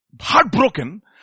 heartbroken